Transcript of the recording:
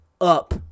up